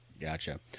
Gotcha